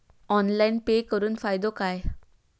Online pay करुन फायदो काय?